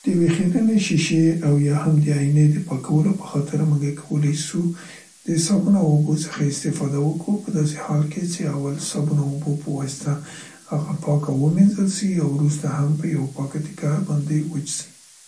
د(خبره واضح نده) شیشې او یا هم د ایینې د پاکولو په خاطر مونګه کولای سو د صابون او اوبو څخه استفاده وکو، په داسې حال کې څې اول صابون او اوبو په واسطه هغه پاکه میځل سي او وروسته هم په یو پاکه تکه باندې وڅ سي.